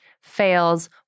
fails